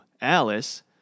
Alice